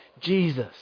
Jesus